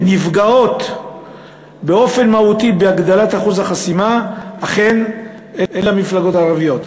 שנפגעות באופן מהותי מהגדלת אחוז החסימה אלה אכן המפלגות הערביות,